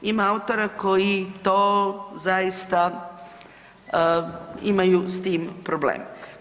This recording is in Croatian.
Ima autora koji to zaista imaju s tim problem.